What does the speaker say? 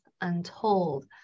Untold